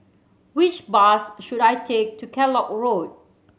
which bus should I take to Kellock Road